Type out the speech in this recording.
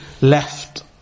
left